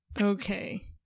Okay